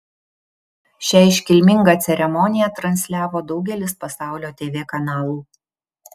šią iškilmingą ceremoniją transliavo daugelis pasaulio tv kanalų